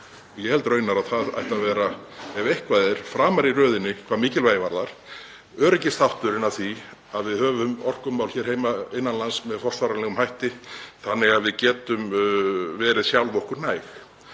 Ég held raunar að hann ætti að vera, ef eitthvað er, framar í röðinni hvað mikilvægi varðar, öryggið af því að við höfum orkumál hér innan lands með forsvaranlegum hætti þannig að við getum verið sjálfum okkur næg.